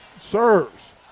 Serves